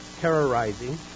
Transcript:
terrorizing